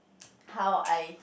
how I